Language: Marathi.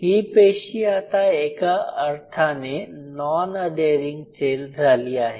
ही पेशी आता एका अर्थाने नॉन अधेरिंग सेल झाली आहे